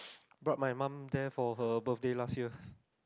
brought my mum there for her birthday last year